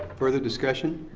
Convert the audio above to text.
further discussion?